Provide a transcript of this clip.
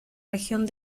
región